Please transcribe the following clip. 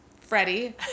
Freddie